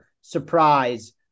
surprise